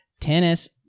tennis